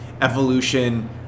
evolution